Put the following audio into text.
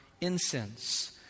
incense